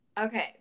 Okay